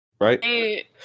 Right